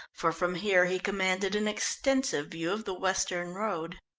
for from here he commanded an extensive view of the western road.